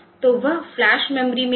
तो वह flash memory में होगा